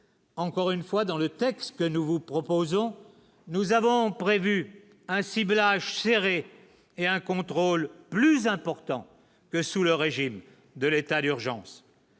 encore une fois dans le texte que nous vous proposons, nous avons pas. Prévu un ciblage serré et un contrôle plus important que sous le régime de l'état d'urgence